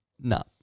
no